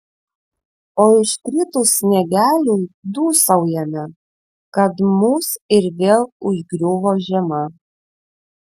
o iškritus sniegeliui dūsaujame kad mus ir vėl užgriuvo žiema